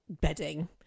bedding